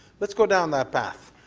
let's go down that path.